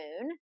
moon